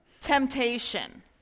Temptation